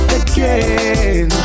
again